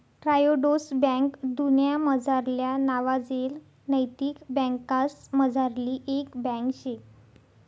Triodos bank दुन्यामझारल्या नावाजेल नैतिक बँकासमझारली एक बँक शे